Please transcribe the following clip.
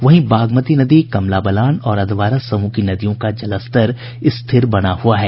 वहीं बागमती नदी कमला बलान और अधवारा समूह की नदियों का जलस्तर स्थिर बना हुआ है